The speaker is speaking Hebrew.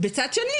בצד שני,